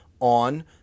on